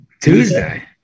Tuesday